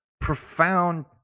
profound